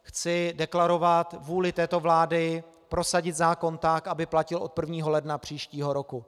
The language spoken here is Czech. Chci deklarovat vůli této vlády prosadit zákon tak, aby platil od 1. ledna příštího roku.